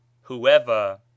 whoever